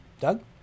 Doug